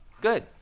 Good